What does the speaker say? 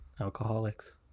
alcoholics